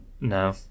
no